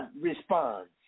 responds